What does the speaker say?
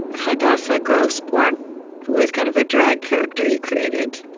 hadassah gross born who was kind of a drag character you created,